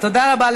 תודה רבה.